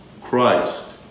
Christ